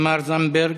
תמר זנדברג,